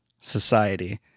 society